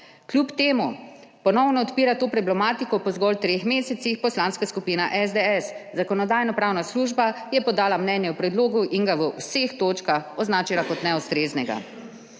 Kljub temu ponovno odpira to problematiko po zgolj treh mesecih Poslanska skupina SDS. Zakonodajno-pravna služba je podala mnenje o predlogu in ga v vseh točkah označila kot neustreznega.